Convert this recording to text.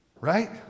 Right